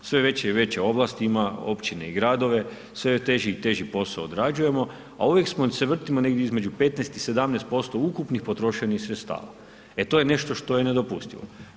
Sve veće i veće ovlasti ima općine i gradovi, sve teži i teži posao odrađujemo a uvijek se vrtimo negdje između 15 i 17% ukupnih potrošenih sredstava, e to je nešto što je nedopustivo.